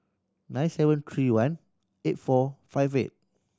nine seven three one eight four five eight